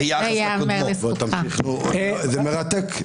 זה מרתק.